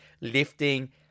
lifting